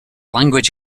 language